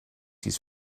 his